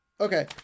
okay